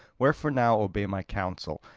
wherefore now obey my counsel,